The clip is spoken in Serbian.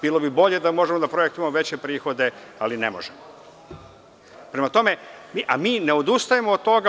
Bilo bi bolje da možemo da projektujemo veće prihode, ali ne možemo, a mi ne odustajemo od toga.